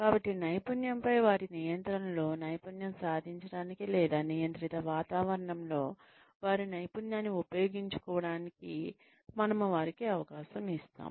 కాబట్టి నైపుణ్యంపై వారి నియంత్రణలో నైపుణ్యం సాధించడానికి లేదా నియంత్రిత వాతావరణంలో వారి నైపుణ్యాన్ని ఉపయోగించుకోవడానికి మనము వారికి అవకాశం ఇస్తాము